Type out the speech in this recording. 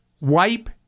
Wipe